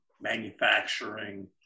manufacturing